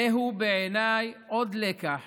זהו, בעיניי, עוד לקח